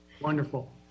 Wonderful